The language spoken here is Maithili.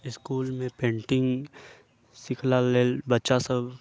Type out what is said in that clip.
इस्कुलमे पेंटिंग सिखला लेल बच्चासभ